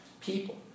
people